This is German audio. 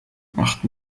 macht